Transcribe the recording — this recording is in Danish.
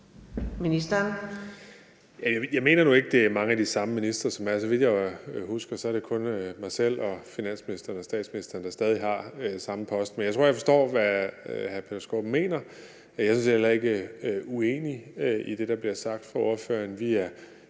Jeg mener nu ikke, det er mange af de samme ministre, som er der. Så vidt jeg husker, er det kun mig selv og finansministeren og statsministeren, der stadig har den samme post. Men jeg tror, jeg forstår, hvad hr. Peter Skaarup mener, og jeg er sådan set heller ikke uenig i det, der bliver sagt fra spørgerens